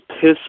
piss